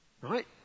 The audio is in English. Right